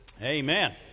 amen